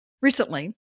Recently